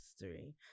history